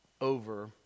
over